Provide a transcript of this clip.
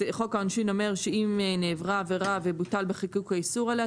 חוק העונשין אומר שאם נעברה עבירה ובוטל בחיקוק האיסור עליה,